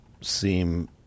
seem